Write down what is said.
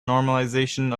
normalization